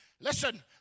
listen